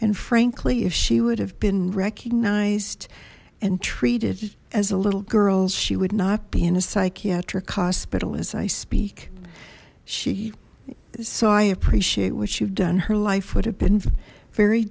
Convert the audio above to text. and frankly if she would have been recognized and treated as a little girl she would not be in a psychiatric hospital as i speak she so i appreciate what you've done her life would have been very